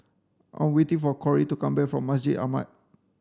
I'm waiting for Cory to come back from Masjid Ahmad